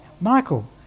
Michael